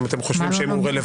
אם אתם חושבים שהוא רלוונטי,